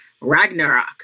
Ragnarok